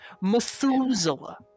Methuselah